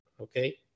okay